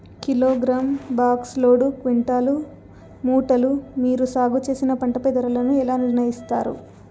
Kilogram, box, load, quintal, మూటలు మీరు సాగు చేసిన పంటపై ధరలను ఎలా నిర్ణయిస్తారు యిస్తారు?